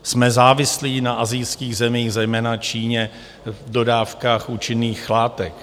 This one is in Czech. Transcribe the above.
Jsme závislí na asijských zemích, zejména Číně, v dodávkách účinných látek.